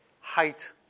height